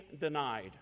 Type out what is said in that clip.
denied